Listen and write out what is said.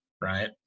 right